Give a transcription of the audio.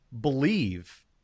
believe